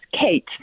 Kate